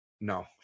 No